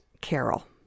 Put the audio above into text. carol